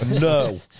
no